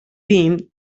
been